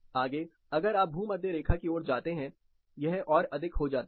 आगे अगर आप भूमध्य रेखा की ओर जाते हैं यह और अधिक हो जाता है